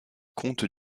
comtes